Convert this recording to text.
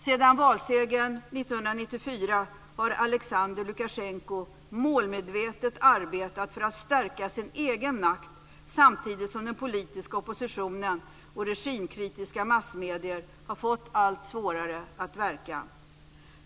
Sedan valsegern 1994 har Alexander Lukasjenko målmedvetet arbetat för att stärka sin egen makt samtidigt som den politiska oppositionen och regimkritiska massmedier har fått allt svårare att verka.